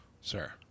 Sir